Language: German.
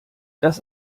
das